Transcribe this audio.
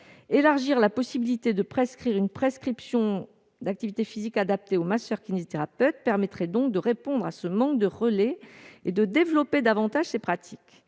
Élargir la possibilité de prescrire une activité physique adaptée aux masseurs-kinésithérapeutes permettrait de répondre à ce manque de relais et de développer davantage ces pratiques.